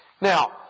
Now